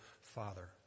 father